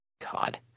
God